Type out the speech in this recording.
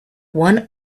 one